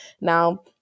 now